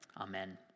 Amen